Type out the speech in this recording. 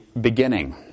beginning